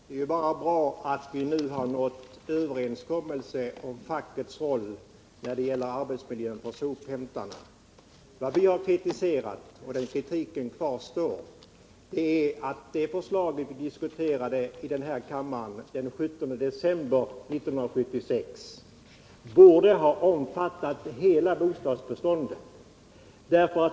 Herr talman! Det är bara bra att vi nu har nått en överenskommelse om fackets roll när det gäller arbetsmiljön för sophämtarna. Vad vi kritiserat och fortfarande kritiserar är att det förslag som vi diskuterade här i kammaren den 17 december 1976 borde ha omfattat hela bostadsbeståndet.